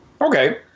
Okay